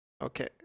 Okay